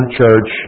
church